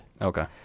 Okay